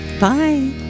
Bye